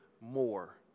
more